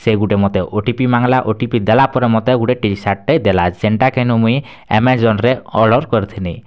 ସେଇ ଗୁଟେ ମୋତେ ଓ ଟି ପି ମାଗିଲା ଓ ଟି ପି ଦେଲା ପରେ ମୋତେ ଗୁଟେ ଟି ସାର୍ଟ ଟେ ଦେଲା ସେନ୍ଟା କେନ୍ ମୁଇଁ ଆମାଜନରେ ଅର୍ଡ଼ର କରିଥିନି